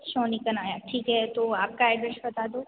सोनिका नायक ठीक है तो आपका एड्रेस बता दो